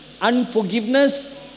unforgiveness